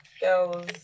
Girls